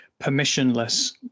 permissionless